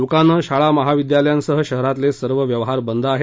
दुकानं शाळा महाविद्यालयांसह शहरातले सर्व व्यवहार बंद आहेत